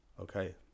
Okay